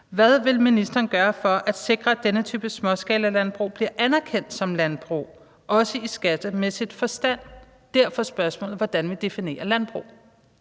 Hvad vil ministeren gøre for at sikre, at denne type småskalalandbrug bliver anerkendt som landbrug, også i skattemæssig forstand? Derfor spørgsmålet om, hvordan vi definerer landbrug.